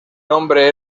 nombre